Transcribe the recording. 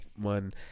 one